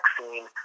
vaccine